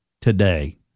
today